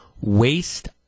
waste